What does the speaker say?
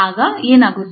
ಆಗ ಏನಾಗುತ್ತದೆ